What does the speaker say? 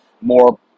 more